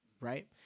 right